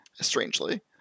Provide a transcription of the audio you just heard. strangely